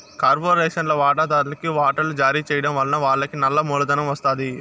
కార్పొరేషన్ల వాటాదార్లుకి వాటలు జారీ చేయడం వలన వాళ్లకి నల్ల మూలధనం ఒస్తాది